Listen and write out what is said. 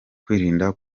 kwirinda